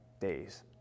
days